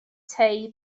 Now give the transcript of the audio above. tei